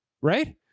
Right